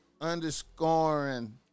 underscoring